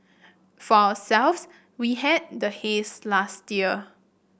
for selves we had the haze last year